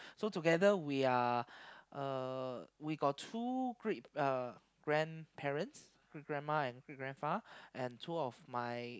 so together we are uh we got two great uh grandparents great grandma and great grandpa and two of my